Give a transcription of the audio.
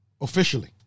Officially